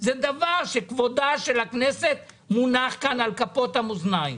זה דבר שכבודה של הכנסת מונח כאן על כפות המאזניים.